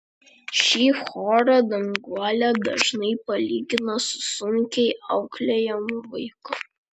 šį chorą danguolė dažnai palygina su sunkiai auklėjamu vaiku